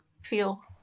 feel